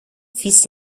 fils